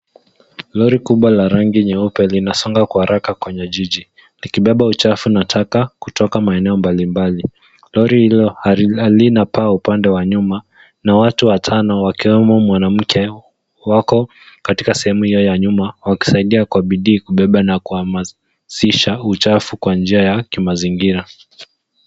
Lori kubwa la rangi nyeupe, linasonga kwa haraka kwenye jiji, likibeba uchafu na taka kutoka maeneo mbalimbali. Lori hilo halina paa upande wa nyuma na watu watano, wakiwemo mwanamke, wako katika sehemu hiyo ya nyuma, wakisaidia kwa bidii kubeba na kuhamasisha uchafu kwa njia ya kimazingira.